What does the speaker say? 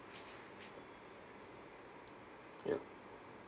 ya